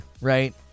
right